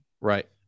Right